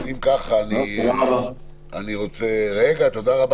אם כך אני רוצה --- תודה רבה.